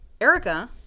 Erica